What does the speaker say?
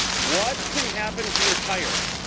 what can happen to your tire?